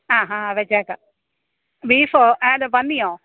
ആ ഹ വെച്ചേക്കാം ബീഫോ അല്ല പന്നിയോ